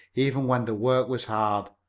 even when the work was hard.